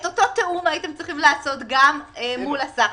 את אותו תיאום הייתם צריכים לעשות גם מול השר.